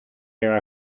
their